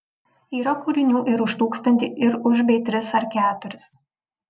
yra kūrinių ir už tūkstantį ir už bei tris ar keturis